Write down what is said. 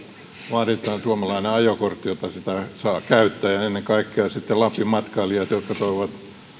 vaaditaan suomalainen ajokortti jotta niitä saa käyttää ennen kaikkea sitten lapin matkailutoimijat jotka toivovat